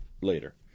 later